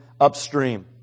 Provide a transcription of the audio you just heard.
upstream